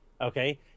okay